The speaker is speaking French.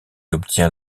obtient